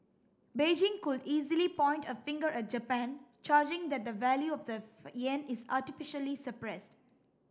Beijing could easily point a finger at Japan charging that the value of the yen is artificially suppressed